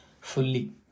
fully